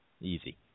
Easy